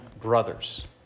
brothers